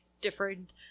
different